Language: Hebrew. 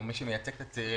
או מי שמייצג את הצעירים,